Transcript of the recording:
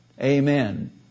Amen